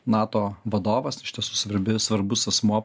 nato vadovas iš tiesų svarbi svarbus asmuo